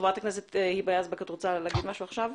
חברת הכנסת היבה יזבק את רוצה להגיד משהו עכשיו?